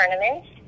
tournaments